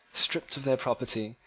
stripped of their property,